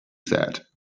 said